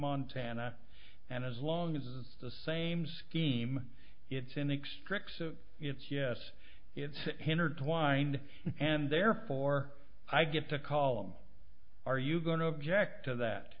montana and as long as it's the same scheme it's in extracts of it's yes it's hindered twined and therefore i get to call them are you going to object to that